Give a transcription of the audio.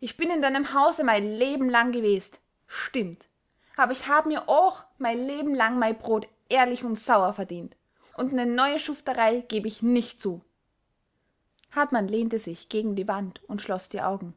ich bin in deinem hause mei leben lang gewest stimmt aber ich hab mir ooch mei leben lang mei brot ehrlich und sauer verdient und ne neue schufterei geb ich nich zu hartmann lehnte sich gegen die wand und schloß die augen